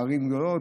בערים גדולות,